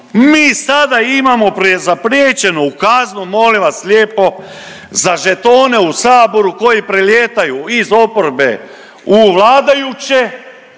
mi sada imamo zapriječeno u kaznu molim vas lijepo za žetone u Saboru koji prelijetaju iz oporbe u vladajuće